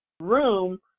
room